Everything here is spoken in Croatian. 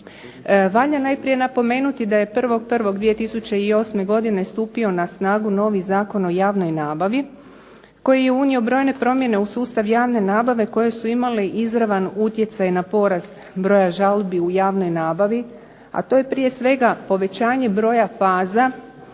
Valja najprije napomenuti da je 1.1.2008. godine stupio na snagu novi Zakon o javnoj nabavi, koji je unio brojne promjene u sustav javne nabave koje su imale izravan utjecaj na porast broja žalbi u javnoj nabavi, a to je prije svega povećanje broja faza